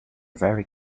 very